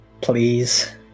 Please